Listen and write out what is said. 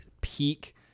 peak